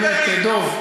באמת, דב.